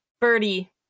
Birdie